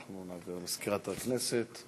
נעביר למזכירת הכנסת.